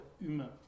humain